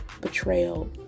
betrayal